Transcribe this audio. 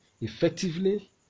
effectively